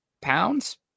pounds